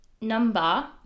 number